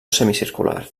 semicircular